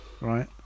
Right